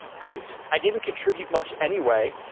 great. i didn't contribute much anyway.